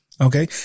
Okay